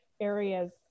areas